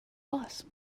boss